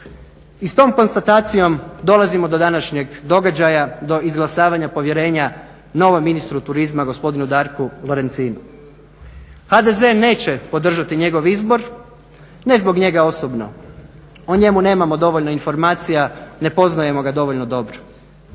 I s tom konstatacijom dolazimo do današnjeg događaja, do izglasavanja povjerenja novom ministru turizma gospodinu Darku Lorencinu. HDZ neće podržati njegov izbor, ne zbog njega osobno, o njemu nemamo dovoljno informacija, ne poznajemo ga dovoljno dobro.